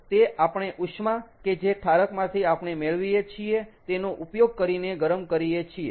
તો તે આપણે ઉષ્મા કે જે ઠારકમાંથી આપણે મેળવીએ છીએ તેનો ઉપયોગ કરીને ગરમ કરીયે છીયે